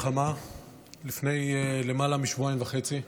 המלחמה בחזית הצפונית.